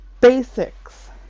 basics